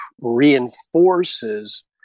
reinforces